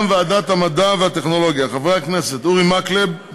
מטעם ועדת המדע והטכנולוגיה: חברי הכנסת אורי מקלב,